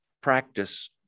practice